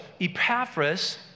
Epaphras